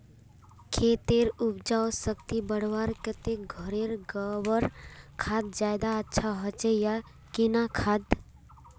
खेतेर उपजाऊ शक्ति बढ़वार केते घोरेर गबर खाद ज्यादा अच्छा होचे या किना खाद?